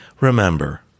Remember